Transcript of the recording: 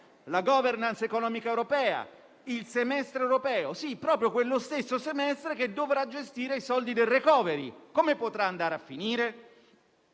la *governance* economica europea, il semestre europeo (sì, proprio lo stesso che dovrà gestire i soldi del *recovery).* Come potrà andare a finire?